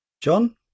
John